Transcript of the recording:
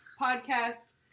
podcast